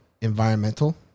environmental